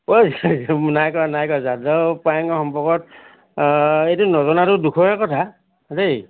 অই নাই কৰি নাই কৰা যাদৱ পায়েঙৰ সম্পৰ্কত এইটো নজনাটো দুখৰে কথা দেই